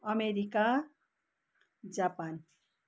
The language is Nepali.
America Japan